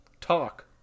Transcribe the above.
Talk